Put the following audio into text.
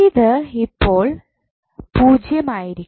ഇത് എപ്പോഴും 0 ആയിരിക്കും